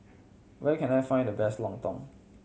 where can I find the best lontong